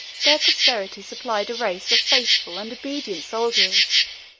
their posterity supplied a race of faithful and obedient soldiers.